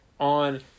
on